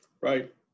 Right